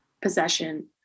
possession